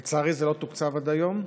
לצערי, זה לא תוקצב עד היום.